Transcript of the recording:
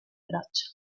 braccia